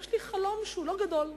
יש לי חלום שהוא לא גדול,